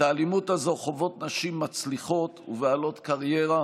את האלימות הזאת חוות נשים מצליחות ובעלות קריירה